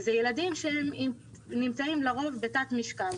הם ילדים שנמצאים לרוב בתת-משקל.